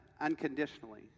unconditionally